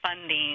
funding